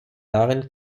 darin